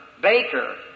baker